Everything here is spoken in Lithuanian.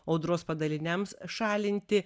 audros padariniams šalinti